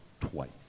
twice